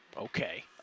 Okay